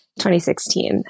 2016